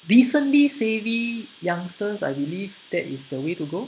decently savvy youngsters I believe that is the way to go